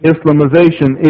Islamization